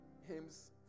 hymns